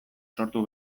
sortu